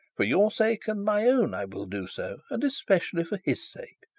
for your sake and my own i will do so, and especially for his sake.